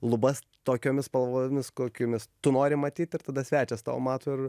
lubas tokiomis spalvomis kokiomis tu nori matyt ir tada svečias tavo mato ir